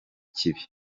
kibi